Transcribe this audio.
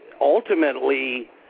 ultimately